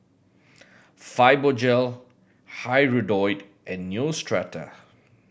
Fibogel Hirudoid and Neostrata